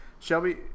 Shelby